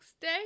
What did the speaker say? day